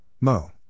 Mo